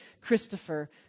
Christopher